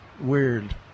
weird